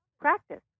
Practice